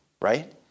right